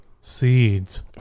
seeds